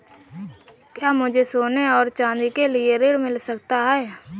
क्या मुझे सोने और चाँदी के लिए ऋण मिल सकता है?